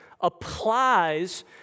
applies